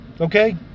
okay